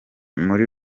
muri